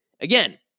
Again